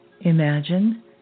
Imagine